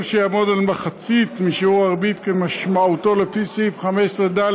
שיעמוד על מחצית משיעור הריבית כמשמעותו לפי סעיף 15(3)